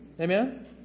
Amen